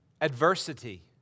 Adversity